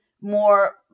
more